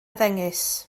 ddengys